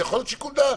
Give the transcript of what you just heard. יכול להיות שיקול דעת.